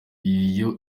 iyo